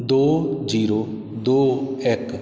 ਦੋ ਜ਼ੀਰੋ ਦੋ ਇੱਕ